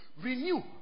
Renew